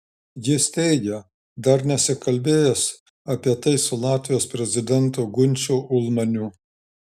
jis teigė dar nesikalbėjęs apie tai su latvijos prezidentu gunčiu ulmaniu